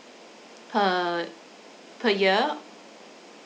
per per year